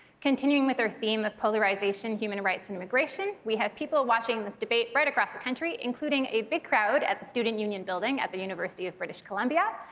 continuing with our theme of polarization, human rights, and immigration, we have people watching this debate right across the country, including a big crowd at the student union building at the university of british columbia.